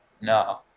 No